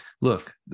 look